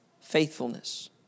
Faithfulness